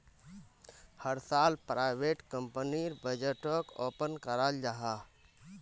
हर साल प्राइवेट कंपनीर बजटोक ओपन कराल जाहा